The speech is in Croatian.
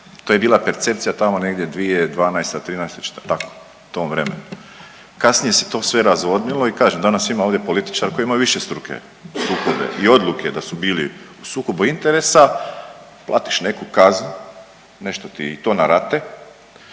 To je bila percepcija tamo negdje 2012., trinaesta, četrnaesta. Tako u tom vremenu. Kasnije se to sve razvodnilo i kažem, danas ima ovdje političara koji imaju višestruke sukobe i odluke da su bili u sukobu interesa. Platiš neku kaznu, nešto ti to i na rate